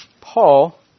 Paul